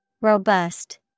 Robust